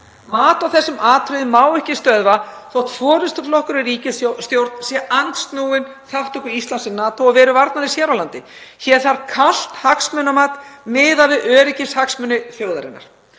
Mat á þessum atriðum má ekki stöðva þótt forystuflokkurinn í ríkisstjórn sé andsnúinn þátttöku Íslands í NATO og veru varnarliðs hér á landi. Hér þarf kalt hagsmunamat miðað við öryggishagsmuni þjóðarinnar.